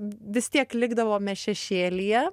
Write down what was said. vis tiek likdavome šešėlyje